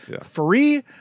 free